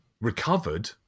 Recovered